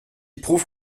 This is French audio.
prouve